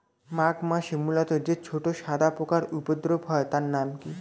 মাঘ মাসে মূলোতে যে ছোট সাদা পোকার উপদ্রব হয় তার নাম কি?